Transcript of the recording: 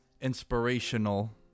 inspirational